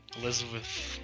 Elizabeth